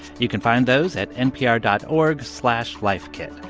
you can find those at npr dot org slash lifekit.